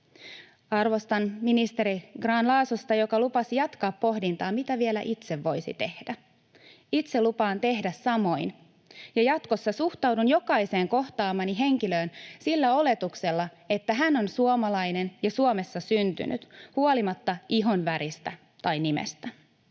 Arvostan ministeri Grahn-Laasosta, joka lupasi jatkaa pohdintaa: mitä vielä itse voisi tehdä? Itse lupaan tehdä samoin ja jatkossa suhtaudun jokaiseen kohtaamani henkilöön sillä oletuksella, että hän on suomalainen ja Suomessa syntynyt huolimatta ihonväristä tai nimestä.